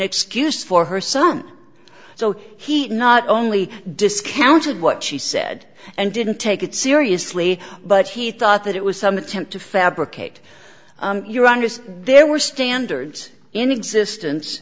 excuse for her son so he not only discounted what she said and didn't take it seriously but he thought that it was some attempt to fabricate your honest there were standards in existence